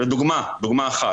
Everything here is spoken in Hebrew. זו דוגמה אחת.